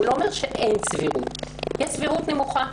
הוא לא אומר שאין סבירות אלא יש סבירות נמוכה.